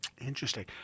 Interesting